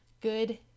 Good